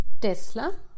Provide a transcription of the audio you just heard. Tesla